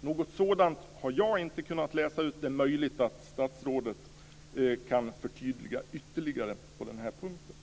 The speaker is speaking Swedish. Något sådant har jag inte kunnat läsa ut. Det är möjligt att statsrådet kan förtydliga ytterligare på den här punkten.